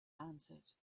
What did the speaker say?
answered